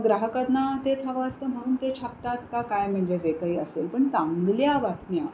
ग्राहकांना तेच हवं असतं म्हणून ते छापतात का काय म्हणजे जे काही असेल पण चांगल्या बातम्या